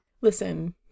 Listen